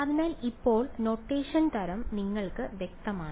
അതിനാൽ ഇപ്പോൾ നൊട്ടേഷൻ തരം നിങ്ങൾക്ക് വ്യക്തമാണ്